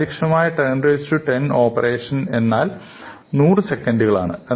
കാര്യക്ഷമമായ 1010 ഓപ്പറേഷൻ എന്നാൽ 100 സെക്കൻഡുകൾ ആണ്